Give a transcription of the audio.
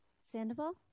Sandoval